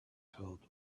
filled